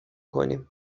کنیم